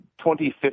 2050